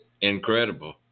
incredible